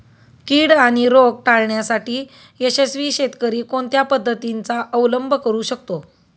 कीड आणि रोग टाळण्यासाठी यशस्वी शेतकरी कोणत्या पद्धतींचा अवलंब करू शकतो?